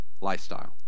lifestyle